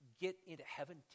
get-into-heaven